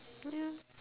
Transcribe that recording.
ya